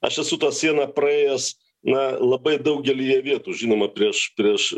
aš esu tą sieną praėjęs na labai daugelyje vietų žinoma prieš prieš